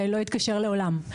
ולא יתקשר לעולם.